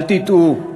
אל תטעו,